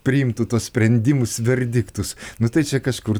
priimtų tuos sprendimus verdiktus nu tai čia kažkur